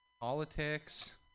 politics